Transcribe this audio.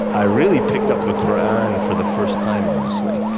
i really picked up the qur'an for the first time, honestly,